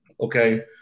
Okay